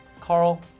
Carl